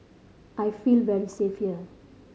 I feel very safe here